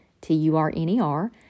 T-U-R-N-E-R